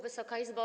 Wysoka Izbo!